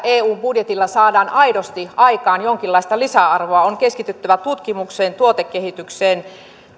eun budjetilla saadaan aidosti aikaan jonkinlaista lisäarvoa on keskityttävä tutkimukseen tuotekehitykseen